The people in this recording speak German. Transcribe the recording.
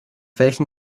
welchen